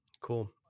Cool